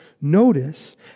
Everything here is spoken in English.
notice